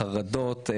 חרדות,